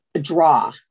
draw